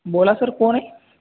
बोला सर कोण आहे